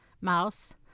mouse